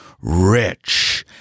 rich